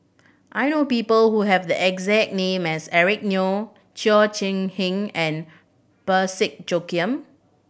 I know people who have the exact name as Eric Neo Cheo Chai Hiang and Parsick Joaquim